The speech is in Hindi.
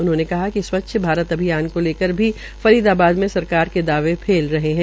उन्होंने कहा िक स्वच्छ भारत अभियान को लेकर फरीदाबाद में सरकार के दावे फेल रहे है